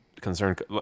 concerned